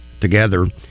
together